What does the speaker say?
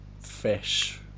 fish